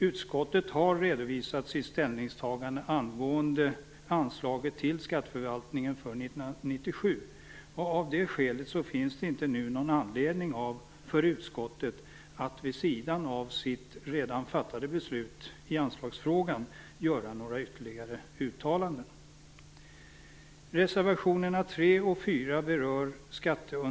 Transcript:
Utskottet har redovisat sitt ställningstagande angående anslaget till skatteförvaltningen för 1997, och av det skälet finns det inte nu någon anledning för utskottet att vid sidan av sitt redan fattade beslut i anslagsfrågan göra några ytterligare uttalanden.